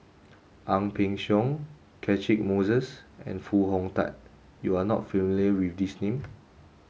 Ang Peng Siong Catchick Moses and Foo Hong Tatt you are not familiar with these name